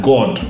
God